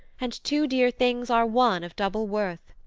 and two dear things are one of double worth,